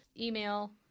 Email